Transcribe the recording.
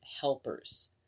helpers